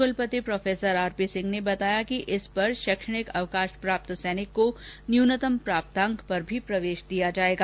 कुलपति professor R सिंह ने बताया कि इस पर शैक्षणिक अवकाश प्राप्त सैनिक को न्यूनतम प्राप्तांक पर भी प्रवेश दिया जाएगा